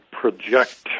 project